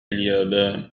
اليابان